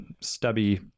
stubby